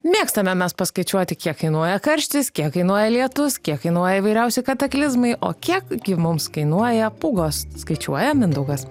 mėgstame mes paskaičiuoti kiek kainuoja karštis kiek kainuoja lietus kiek kainuoja įvairiausi kataklizmai o kiek gi mums kainuoja pūgos skaičiuoja mindaugas